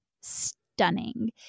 stunning